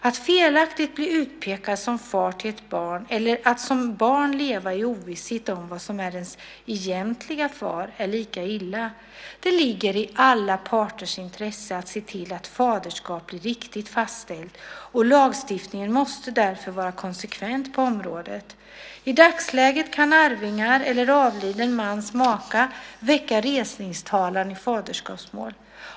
Att felaktigt bli utpekad som far till ett barn eller att som barn leva i ovisshet om vem som är ens egentliga far är lika illa. Det ligger i alla parters intresse att se till att faderskap blir riktigt fastställt. Lagstiftningen måste därför vara konsekvent på området. I dagsläget kan arvingar eller avliden mans maka väcka resningstalan i faderskapsmål.